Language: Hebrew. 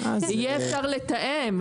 יהיה אפשר לתאם,